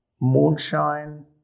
Moonshine